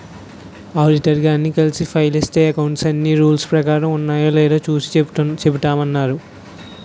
auditor గారిని కలిసి file ఇస్తే అకౌంట్స్ అన్నీ రూల్స్ ప్రకారం ఉన్నాయో లేదో చూసి చెబుతామన్నారు